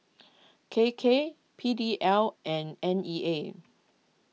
K K P D L and N E A